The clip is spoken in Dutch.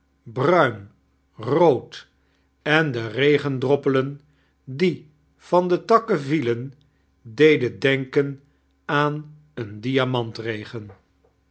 bruin rood en de regendroppelen die van de takken vielen deden denken aan een